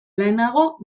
lehenago